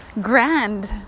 grand